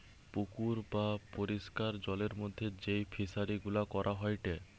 পুকুর বা পরিষ্কার জলের মধ্যে যেই ফিশারি গুলা করা হয়টে